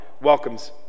welcomes